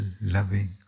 loving